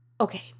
Okay